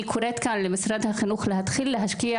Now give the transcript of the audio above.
אני קוראת למשרד החינוך להתחיל להשקיע